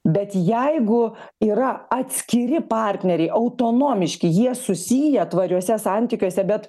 bet jeigu yra atskiri partneriai autonomiški jie susiję tvariuose santykiuose bet